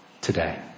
today